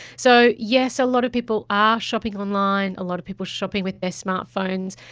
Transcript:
so yes, a lot of people are shopping online, a lot of people are shopping with their smart phones.